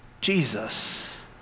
Jesus